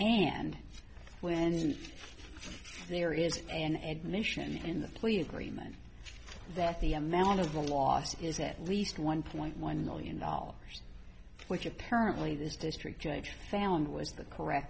and when there is an admission in the plea agreement that the amount of the loss is at least one point one million dollars which apparently this district judge found was the correct